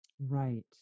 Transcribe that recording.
Right